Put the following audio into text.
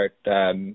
start